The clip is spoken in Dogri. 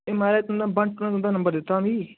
एह् माराज तुंदा बांटू ने तुंदा नंबर दित्ता मिगी